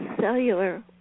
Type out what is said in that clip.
cellular